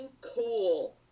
cool